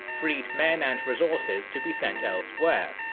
freed men and resources to be sent elsewhere.